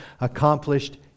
accomplished